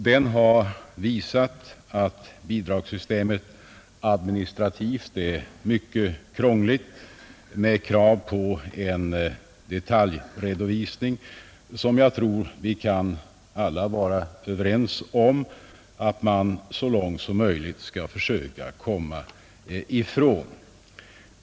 Den har visat att bidragssystemet administrativt är mycket krångligt med krav på en. detaljredovisning, som jag tror att vi alla kan vara överens om att man så långt som möjligt skall försöka komma ifrån.